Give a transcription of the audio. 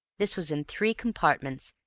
this was in three compartments,